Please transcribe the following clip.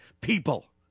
people